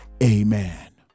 Amen